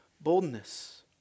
boldness